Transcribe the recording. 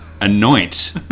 anoint